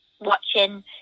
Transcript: watching